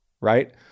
Right